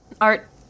art